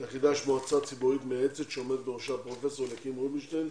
ליחידה יש מועצה ציבורית מייעצת בראשה עומד פרופסור אליקים רובינשטין,